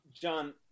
John